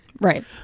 Right